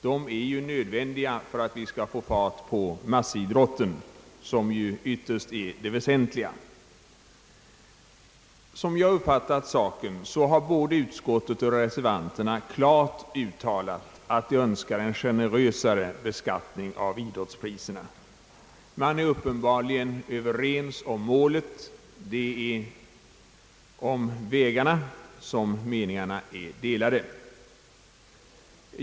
De är nödvändiga för att vi skall få fart på breddidrotten, som ju ytterst är det väsentliga. Som jag har uppfattat saken har både utskottet och reservanterna klart uttalat, att de önskar en generösare inställning vid beskattningen av idrottspriserna. Man är uppenbarligen Ööverens om målet. Det är om vägarna som meningarna är delade.